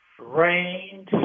Rain